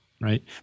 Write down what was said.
right